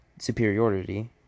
superiority